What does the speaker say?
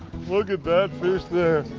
look at that fish there.